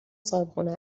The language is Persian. صاحبخونه